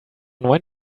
neuen